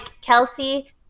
Kelsey